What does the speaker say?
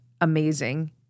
amazing